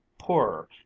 poorer